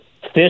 fish